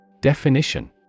Definition